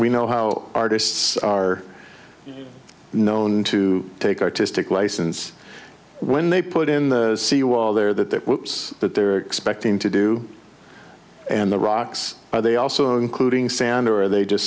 we know how artists are known to take artistic license when they put in the seawall there that they're that they're expecting to do and the rocks are they also including sand or are they just